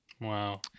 wow